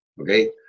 okay